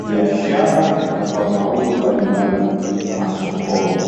biashara na kwa mauzo mbalimbali masokoni.